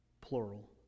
plural